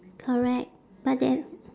correct but then